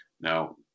Now